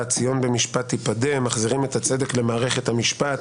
על סדר היום: ציון במשפט תפדה מחזירים את הצדק למערכת המשפט